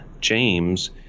James